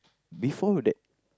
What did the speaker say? before that